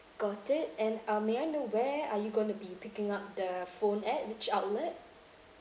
got it and uh may I know where are you going to be picking up the phone at which outlet